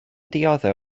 dioddef